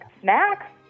snacks